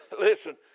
listen